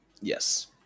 Yes